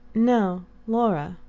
no. laura.